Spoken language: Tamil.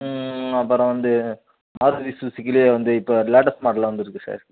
அப்புறம் வந்து மாருதி சுஸுக்கிலேயே வந்து இப்போ லேட்டஸ்ட் மாடல்லாம் வந்திருக்கு சார்